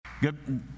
Good